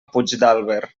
puigdàlber